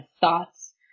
thoughts